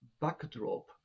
backdrop